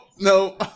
No